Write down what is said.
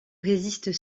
résistent